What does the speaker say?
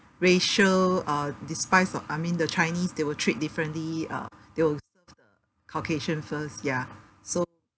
racial uh despise uh I mean the chinese they will treat differently uh they will caucasian first ya so